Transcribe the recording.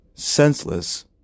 senseless